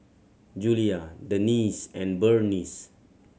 Julia Denese and Burnice